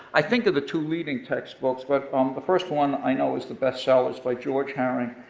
i think, are the two leading textbooks. but um the first one i know is the best seller, it's by george herring.